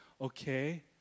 okay